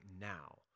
now